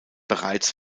bereits